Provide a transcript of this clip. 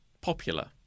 popular